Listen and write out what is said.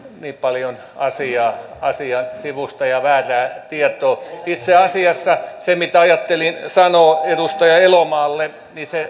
hyvin paljon asiaa asian sivusta ja väärää tietoa itse asiassa se mitä ajattelin sanoa edustaja elomaalle